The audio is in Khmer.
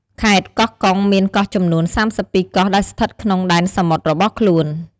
ខេត្តកោះកុងមាន កោះចំនួន ៣២ កោះដែលស្ថិតនៅក្នុងដែនសមុទ្ររបស់ខ្លួន។